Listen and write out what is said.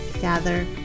gather